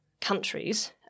countries